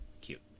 Cute